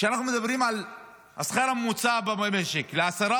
כשאנחנו מדברים על השכר הממוצע במשק לעשרה